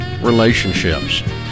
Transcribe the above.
relationships